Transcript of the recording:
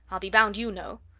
i'll be bound you know!